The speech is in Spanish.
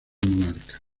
monarca